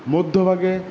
মধ্যভাগে